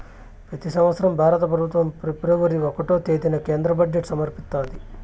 పెతి సంవత్సరం భారత పెబుత్వం ఫిబ్రవరి ఒకటో తేదీన కేంద్ర బడ్జెట్ సమర్పిస్తాది